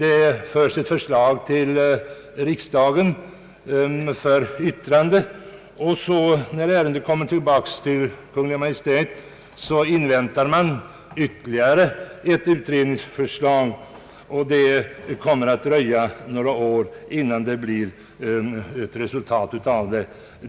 Ett förslag överlämnas till riksdagen för yttrande, men när ärendet kommer tillbaka till Kungl. Maj:t så inväntar Kungl. Maj:t ytterligare ett utredningsförslag. På det sättet kommer det att dröja några år innan det blir något resultat.